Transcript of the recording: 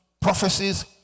Prophecies